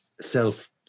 self